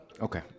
Okay